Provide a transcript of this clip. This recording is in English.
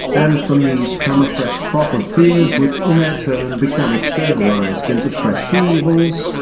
and from these come a fresh crop of fears which in their turn become externalised into fresh evils,